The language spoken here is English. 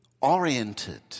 oriented